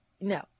No